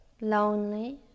lonely